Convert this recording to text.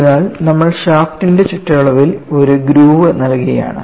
അതിനാൽ നമ്മൾ ഷാഫ്റ്റിന്റെ ചുറ്റളവിൽ ഒരു ഗ്രൂവ് നൽകുകയാണ്